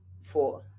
four